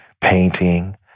painting